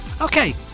Okay